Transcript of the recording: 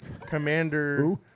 Commander